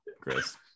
Chris